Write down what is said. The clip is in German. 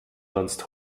sonst